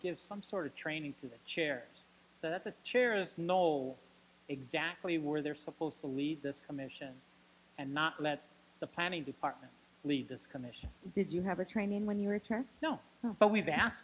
give some sort of training to the chair so that the chair is know exactly where they're supposed to lead this commission and not let the planning department lead this commission did you have a training when you return no but we've asked